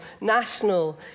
national